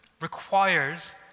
requires